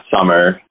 summer